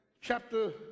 chapter